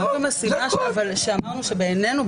זאת גם הסיבה שאמרנו שבעינינו,